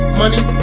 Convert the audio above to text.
money